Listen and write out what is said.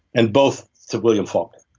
and both to william faulkner,